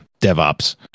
DevOps